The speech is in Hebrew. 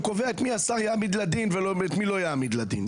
הוא קובע שהשר יחליט את מי להעמיד לדין ואת מי לא יעמיד לדין.